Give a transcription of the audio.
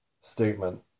statement